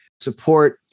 support